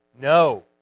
No